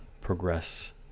progress